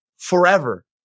forever